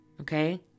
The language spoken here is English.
okay